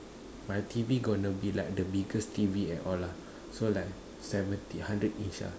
my T_V going to be like the biggest T_V at all lah so like seventy hundred inch ah